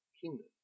kingdom